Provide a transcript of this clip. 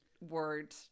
word